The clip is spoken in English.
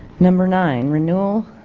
number nine, renewal,